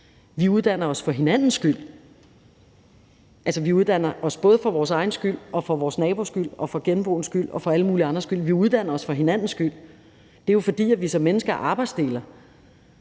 Vi uddanner os for hinandens skyld. Vi uddanner os både for vores egen skyld og for vores nabos skyld og for genboens skyld og for alle mulige andres skyld. Vi uddanner os for hinandens skyld, og det er jo, fordi vi som mennesker arbejdsdeler,